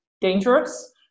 dangerous